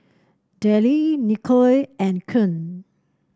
Delle Nicolle and Koen